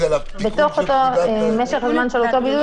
בתוך משך זמן של אותו בידוד,